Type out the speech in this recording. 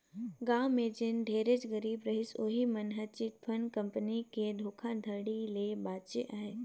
गाँव में जेन ढेरेच गरीब रहिस उहीं मन हर चिटफंड कंपनी के धोखाघड़ी ले बाचे हे